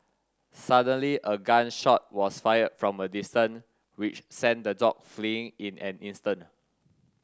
suddenly a gun shot was fired from a distance which sent the dogs fleeing in an instant